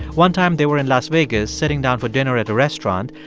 one time, they were in las vegas sitting down for dinner at a restaurant.